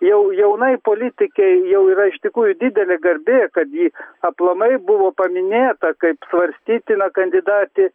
jau jaunai politikei jau yra iš tikrųjų didelė garbė kad ji aplamai buvo paminėta kaip svarstytina kandidatė